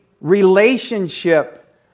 relationship